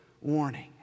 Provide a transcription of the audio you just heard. warning